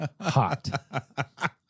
hot